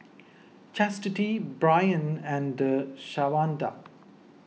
Chastity Brion and Shawnda